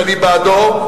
שאני בעדו,